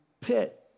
pit